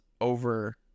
over